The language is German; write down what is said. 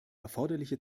erforderliche